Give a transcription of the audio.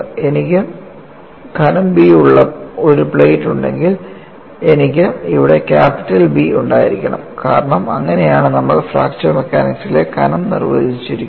എനിക്ക് കനം B ഉള്ള ഒരു പ്ലേറ്റ് ഉണ്ടെങ്കിൽ എനിക്ക് ഇവിടെ ക്യാപിറ്റൽ B ഉണ്ടായിരിക്കും കാരണം അങ്ങനെയാണ് നമ്മൾ ഫ്രാക്ചർ മെക്കാനിക്സിലെ കനം നിർവചിച്ചിരിക്കുന്നത്